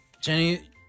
Jenny